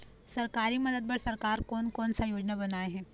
सरकारी मदद बर सरकार कोन कौन सा योजना बनाए हे?